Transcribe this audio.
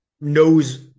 knows